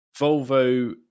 Volvo